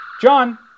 John